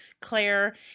Claire